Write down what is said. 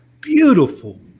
beautiful